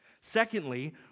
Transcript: Secondly